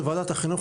כוועדת החינוך,